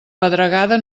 pedregada